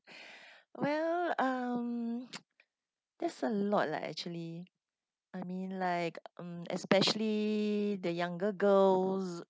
well um there's a lot lah actually I mean like um especially the younger girls